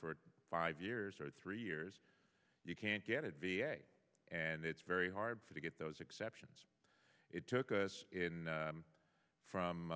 for five years or three years you can't get a v a and it's very hard for to get those exceptions it took us in from